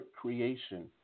creation